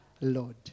Lord